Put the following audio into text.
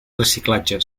reciclatge